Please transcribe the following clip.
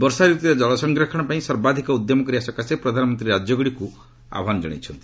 ବର୍ଷାରତ୍ରରେ ଜଳ ସଂରକ୍ଷଣ ପାଇଁ ସର୍ବାଧକ ଉଦ୍ୟମ କରିବା ସକାଶେ ପ୍ରଧାନମନ୍ତ୍ରୀ ରାଜ୍ୟଗୁଡ଼ିକୁ ଆହ୍ୱାନ ଜଣାଇଛନ୍ତି